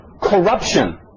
Corruption